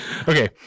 okay